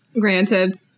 Granted